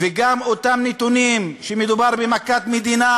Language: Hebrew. וגם אותם נתונים, שמדובר במכת מדינה